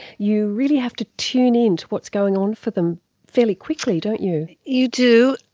you really have to tune in to what's going on for them fairly quickly, don't you. you do.